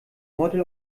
model